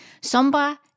Samba